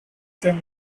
them